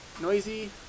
noisy